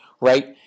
right